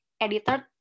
editor